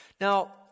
Now